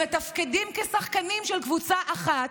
אך מתפקדות כשחקניות של קבוצה אחת,